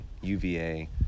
UVA